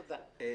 תודה, אדוני.